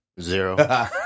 Zero